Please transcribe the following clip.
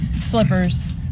Slippers